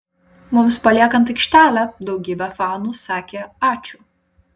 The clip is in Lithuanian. mums paliekant aikštelę daugybė fanų sakė ačiū